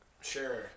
Sure